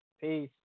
Peace